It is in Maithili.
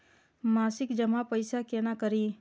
मासिक जमा पैसा केना करी?